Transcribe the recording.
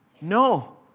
No